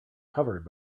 covered